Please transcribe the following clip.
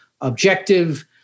objective